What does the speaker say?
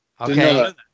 Okay